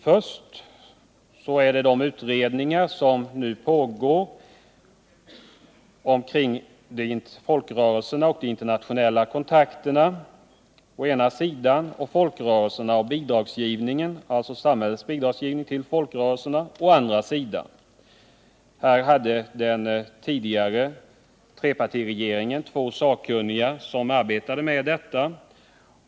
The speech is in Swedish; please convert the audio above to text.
När det gäller de utredningar som nu pågår om folkrörelserna och de internationella kontakterna och om folkrörelserna och samhällets bidragsgivning till dessa, så hade den tidigare trepartiregeringen två sakkunniga som arbetade med detta.